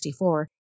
1964